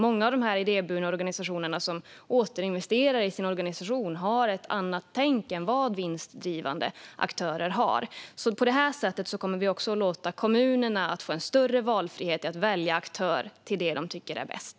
Många av de idéburna organisationerna, som återinvesterar i sin organisation, har ett annat tänk än vinstdrivna aktörer har. På det här sättet kommer vi också att låta kommunerna få en större frihet när det gäller att välja de aktörer de tycker är bäst.